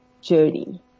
Journey